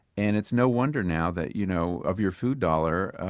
and it's no wonder now that you know of your food dollar,